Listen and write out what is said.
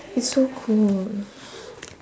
it's so cold